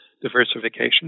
diversification